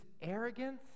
arrogance